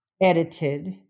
edited